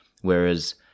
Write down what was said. Whereas